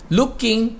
looking